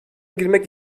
girmek